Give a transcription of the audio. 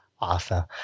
Awesome